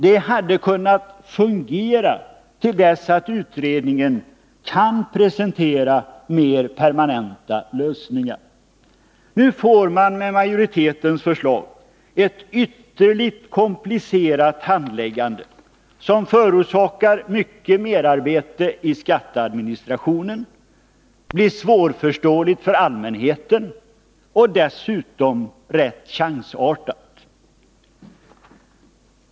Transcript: Det hade kunnat fungera till dess att utredningen kan presentera mer permanenta lösningar. Nu får man med majoritetens förslag ett ytterligt komplicerat handläggande, som förorsakar mycket merarbete i skatteadministrationen, blir svårförståeligt för allmänheten och dessutom rätt chansartat.